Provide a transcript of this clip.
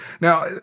Now